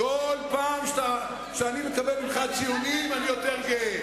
כל פעם שאני מקבל ממך ציונים, אני יותר גאה.